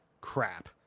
crap